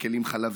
זה כלים חלביים,